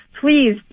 please